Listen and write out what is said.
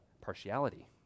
partiality